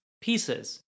Pieces